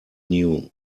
new